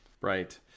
right